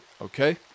Okay